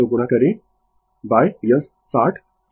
तो गुणा करें यह 60